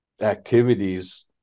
activities